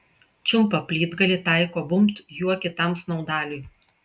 čiumpa plytgalį taiko bumbt juo kitam snaudaliui